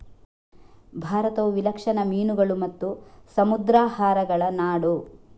ಭಾರತವು ವಿಲಕ್ಷಣ ಮೀನುಗಳು ಮತ್ತು ಸಮುದ್ರಾಹಾರಗಳ ನಾಡು